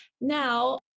Now